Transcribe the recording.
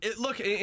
look